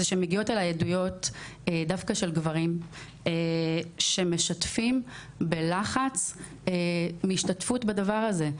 זה שמגיעות אליי עדויות דווקא של גברים שמשתפים בלחץ השתתפות בדבר הזה,